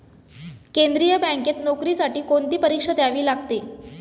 केंद्रीय बँकेत नोकरीसाठी कोणती परीक्षा द्यावी लागते?